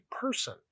person